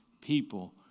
people